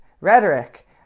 rhetoric